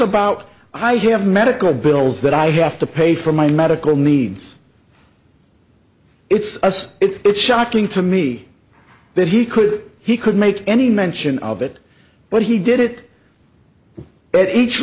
about i have medical bills that i have to pay for my medical needs it's just it's shocking to me that he could he could make any mention of it but he did it at each